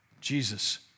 Jesus